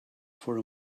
for